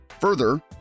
Further